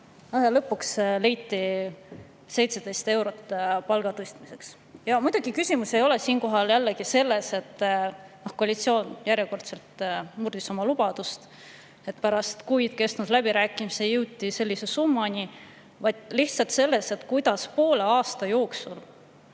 Lõpuks leiti 17 eurot palga tõstmiseks. Muidugi küsimus ei ole siinkohal jällegi selles, et koalitsioon järjekordselt murdis oma lubadust, et pärast kuid kestnud läbirääkimisi jõuti sellise summani. Küsimus on lihtsalt selles, kuidas poole aasta jooksul